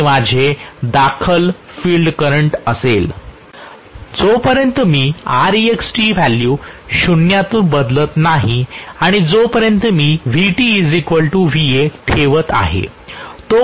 हे माझे दाखल फील्ड करंट असेल जोपर्यंत मी Rext व्हॅल्यू शून्यातून बदलत नाही आणि जोपर्यंत मी Vt Va ठेवत आहे